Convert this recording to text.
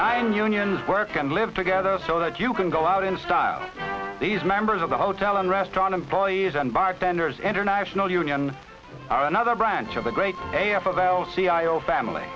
nine unions work and live together so that you can go out in style these members of the hotel and restaurant employees and bartenders international union are another branch of the great a f of l c i o family